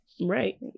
Right